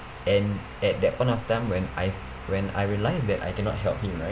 and at that point of time when I've when I realised that I cannot help him right